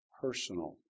personal